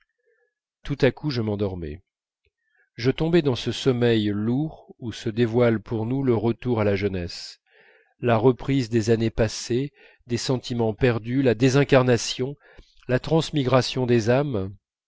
tout à coup je m'endormais je tombais dans ce sommeil lourd où se dévoilent pour nous le retour à la jeunesse la reprise des années passées des sentiments perdus la désincarnation la transmigration des âmes